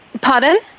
Pardon